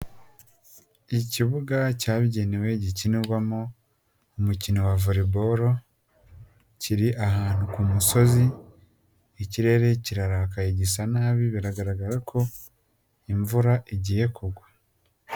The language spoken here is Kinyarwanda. Ikibuga cyabigeyinewe gikinirwamo umukino wa Volleyball kiri ahantu ku musozi, ikirere kirarakaye gisa nabi biragaragara ko imvura igiye kugwa.